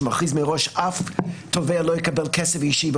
שמכריז מראש שאף תובע לא יקבל כסף אישי,